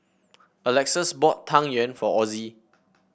Alexus bought Tang Yuen for Ozzie